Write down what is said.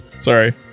Sorry